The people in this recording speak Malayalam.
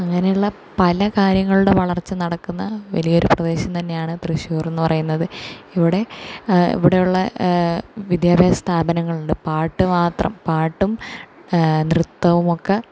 അങ്ങനെയുള്ള പല കാര്യങ്ങളുടെ വളർച്ച നടക്കുന്ന വലിയൊരു പ്രദേശം തന്നെയാണ് തൃശൂർ എന്ന് പറയുന്നത് ഇവിടെ ഇവിടെ ഉള്ള വിദ്യാഭ്യാസ സ്ഥാപനങ്ങൾ ഉണ്ട് പാട്ട് മാത്രം പാട്ടും നൃത്തവും ഒക്കെ